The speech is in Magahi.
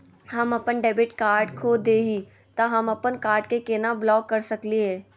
हम अपन डेबिट कार्ड खो दे ही, त हम अप्पन कार्ड के केना ब्लॉक कर सकली हे?